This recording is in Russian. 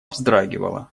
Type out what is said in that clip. вздрагивала